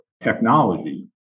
technology